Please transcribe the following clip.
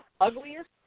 Ugliest